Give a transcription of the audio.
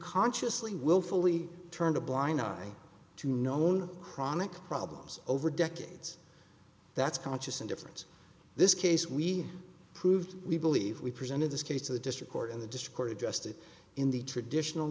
consciously willfully turned a blind eye to known chronic problems over decades that's conscious and different this case we proved we believe we presented this case to the district court and the discord adjusted in the traditional